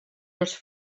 els